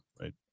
right